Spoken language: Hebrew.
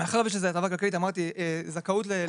אז אנחנו מורידים את הסייפה: "תקנות לפי סעיף זה